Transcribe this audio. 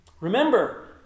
Remember